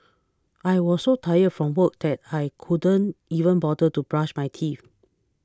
I was so tired from work that I couldn't even bother to brush my teeth